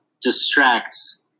distracts